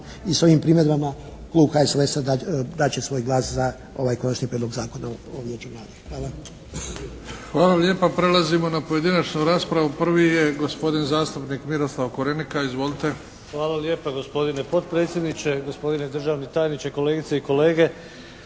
i sa ovim primjedbama klub HSLS-a dat će svoj glas za ovaj Konačni prijedlog Zakona o vijeću mladih. Hvala. **Bebić, Luka (HDZ)** Hvala lijepa. Prelazimo na pojedinačnu raspravu. Prvi je gospodin zastupnik Miroslav Korenika. Izvolite. **Korenika, Miroslav (SDP)** Hvala lijepa, gospodine potpredsjedniče! Gospodine državni tajniče, kolegice i kolege!